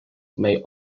may